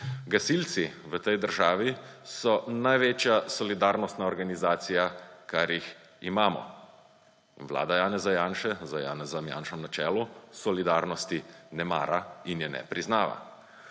Gasilci v tej državi so največja solidarnostna organizacija, kar jih imamo. Vlada Janeza Janše z Janezom Janšo na čelu solidarnosti ne mara in je ne priznava.